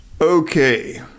Okay